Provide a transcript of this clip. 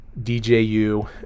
DJU